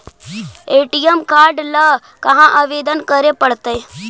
ATM card ल कहा आवेदन करे पड़तै?